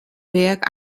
werk